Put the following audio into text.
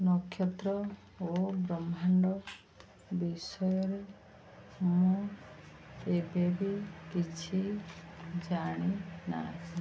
ନକ୍ଷତ୍ର ଓ ବ୍ରହ୍ମାଣ୍ଡ ବିଷୟରେ ମୁଁ ଏବେବି କିଛି ଜାଣି ନାହିଁ